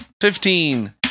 Fifteen